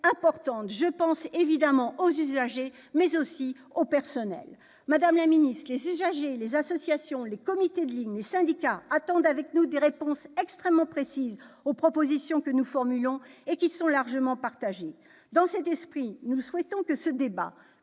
matière. Je pense non seulement aux usagers, mais aussi au personnel. Madame la ministre, les usagers, les associations, les comités de ligne et les syndicats attendent, avec nous, des réponses extrêmement précises aux propositions que nous formulons et qui sont largement partagées. En réalité, l'apport de notre